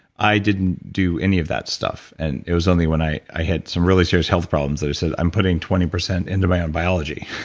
i didn't do any of that stuff. and it was only when i i had some really serious health problems that i said, i'm putting twenty percent into my own biology.